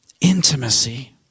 Intimacy